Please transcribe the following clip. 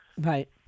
Right